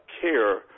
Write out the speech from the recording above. care